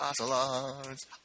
Ocelots